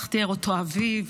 כך תיאר אותו אביו.